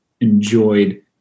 enjoyed